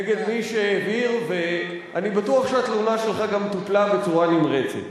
נגד מי שהעביר ואני בטוח שהתלונה שלך גם טופלה בצורה נמרצת.